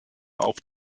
auf